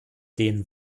den